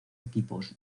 equipos